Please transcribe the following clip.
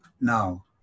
now